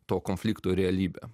to konflikto realybę